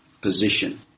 position